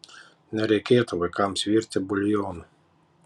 nereikėtų vaikams virti buljonų